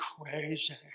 crazy